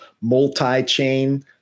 multi-chain